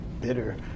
bitter